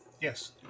Yes